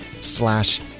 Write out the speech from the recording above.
slash